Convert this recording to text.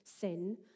sin